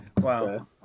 Wow